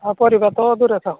ଆଉ ପରିବା ତ ଦୂରେ ଥାଉ